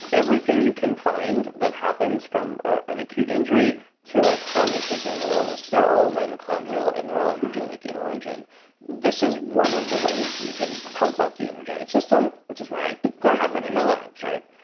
everything you can find that happens from an acute injury to a chronic degenerative illness, they're all mitochondrial and they're all energetic in origin this is one of the ways you can pump up the energetic system, which is why i have one in my labs, right?